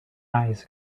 eyes